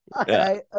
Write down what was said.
okay